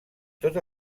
tot